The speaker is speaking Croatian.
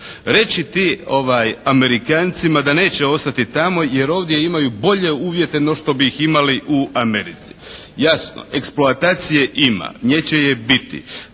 Reci ti Amerikancima da neće ostati tamo jer ovdje imaju bolje uvjete no što bi ih imali u Americi. Jasno, eksploatacije ima. Nje će je biti.